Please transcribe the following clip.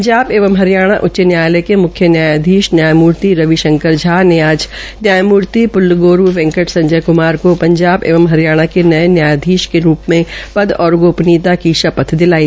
पंजाब एवं हरियाणा उच्च न्यायालय के मुख्य न्यायाधीश न्यायमूर्ति रवि शंकर झा ने आज न्यायामूर्ति प्ल्लगोरू वैंकट संयज क्मार को पंजाब एवं हरियाणा के नए न्यायाधीश के तौर पर पद और गोपनीयता की शपथ दिलाई